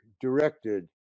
directed